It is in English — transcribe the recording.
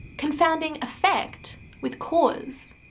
confounding effect with cause!